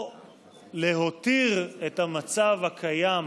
או להותיר את המצב הקיים